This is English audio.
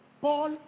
Paul